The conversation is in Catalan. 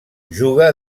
juga